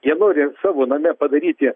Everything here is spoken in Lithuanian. jie nori savo name padaryti